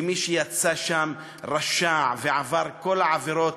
ומי שיצא שם רשע ועבר כל העבירות,